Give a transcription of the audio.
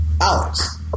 Alex